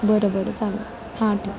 बरं बरं चालेल हां ठीक